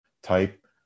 type